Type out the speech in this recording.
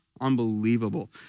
Unbelievable